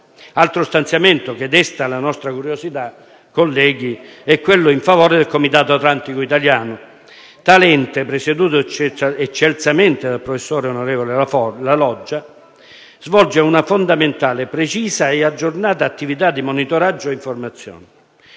Altro stanziamento che desta la nostra curiosità, colleghi, è quello in favore del Comitato atlantico italiano. Tale ente, presieduto eccelsamente dal professore, onorevole La Loggia, svolge una fondamentale, precisa e aggiornata attività di monitoraggio e informazione.